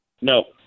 No